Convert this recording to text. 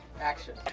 Action